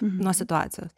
nuo situacijos